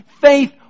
faith